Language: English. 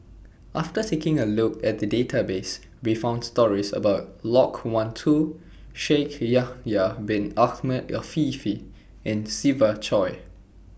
after taking A Look At The Database We found stories about Loke Wan Tho Shaikh Yahya Bin Ahmed Afifi and Siva Choy